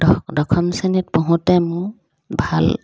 দশম শ্ৰেণীত পঢ়োঁতে মোৰ ভাল